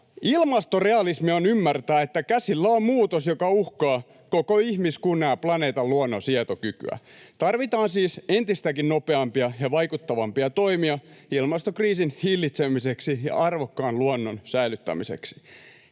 Ilmastorealismia on ymmärtää, että käsillä on muutos, joka uhkaa koko ihmiskunnan ja planeetan luonnon sietokykyä. Tarvitaan siis entistäkin nopeampia ja vaikuttavampia toimia ilmastokriisin hillitsemiseksi ja arvokkaan luonnon säilyttämiseksi.